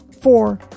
Four